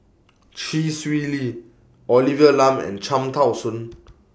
Chee Swee Lee Olivia Lum and Cham Tao Soon